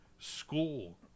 School